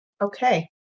Okay